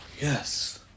Yes